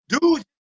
dude